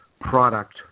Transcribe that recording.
product